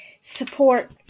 support